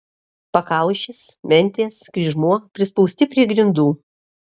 pakaušis mentės kryžmuo prispausti prie grindų